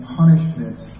punishment